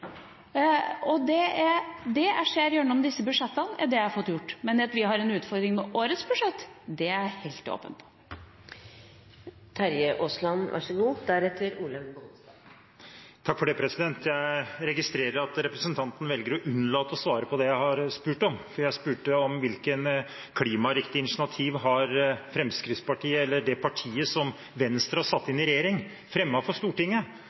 om hva det er jeg får gjort, og det jeg ser gjennom disse budsjettene, er det jeg har fått gjort. Men at vi har en utfordring med årets budsjett, er helt åpenbart. Jeg registrerer at representanten velger å unnlate å svare på det jeg har spurt om. Jeg spurte om hvilke klimariktige initiativ Fremskrittspartiet – det partiet som Venstre har satt inn i regjering – har fremmet for Stortinget,